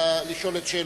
לשאול את שאלותיה.